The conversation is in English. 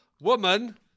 Woman